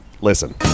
Listen